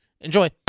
Enjoy